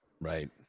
Right